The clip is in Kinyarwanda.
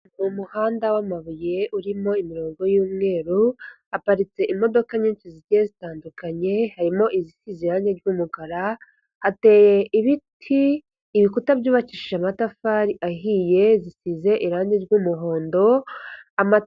Ni umuhanda wamabuye urimo imirongo y'umweru, haparitse imodoka nyinshi zigiye zitandukanye harimo zisize irange ry'umukara, hateye ibiti, ibikuta byubakishije amatafari ahiye zisize irange ry'umuhondo ama...